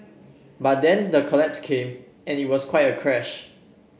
but then the collapse came and it was quite a crash